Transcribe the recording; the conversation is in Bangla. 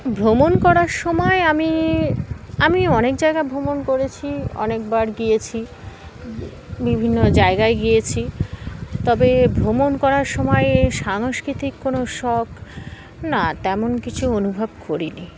ভ্রমণ করার সময় আমি আমি অনেক জায়গা ভ্রমণ করেছি অনেকবার গিয়েছি বি বিভিন্ন জায়গায় গিয়েছি তবে ভ্রমণ করার সময়ে সাংস্কৃতিক কোনো শখ না তেমন কিছু অনুভব করিনি